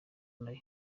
nayo